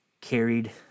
carried